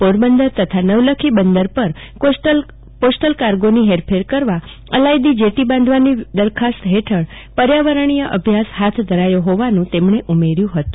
પોરબંદર તથા નવલખી બંદર ઉપર પોસ્ટલ કાર્ગોની હેરફેર કરવા અલાયદી જેટી બાંધવાની દરખાસ્ત હેઠળ પર્યાવરણીય અભ્યાસ હાથ ધરાયો હોવાનું તેમણે ઉમેર્યું હતું